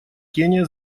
кения